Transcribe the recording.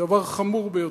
דבר חמור ביותר.